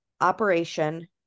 operation